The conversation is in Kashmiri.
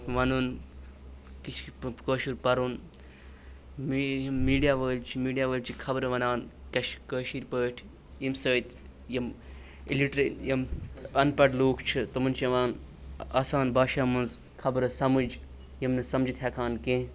وَنُن کِہ کٲشُر پَرُن یِم میٖڈیا وٲلۍ چھِ میٖڈیا وٲلۍ چھِ خبرٕ وَنان کٮ۪ش کٲشِر پٲٹھۍ ییٚمۍ سۭتۍ یِم اِلِٹرٛے یِم اَن پَڑھ لوٗکھ چھِ تِمَن چھِ یِوان آسان بھاشاہ منٛز خبرٕ سَمٕج یِم نہٕ سَمجِتھ ہٮ۪کہٕ ہن کیٚنٛہہ